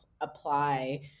apply